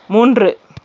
மூன்று